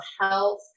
health